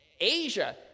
asia